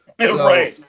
Right